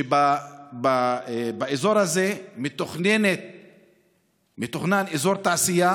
שבאזור הזה מתוכנן אזור תעשייה,